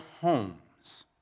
homes